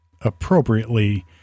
appropriately